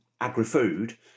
agri-food